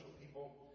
people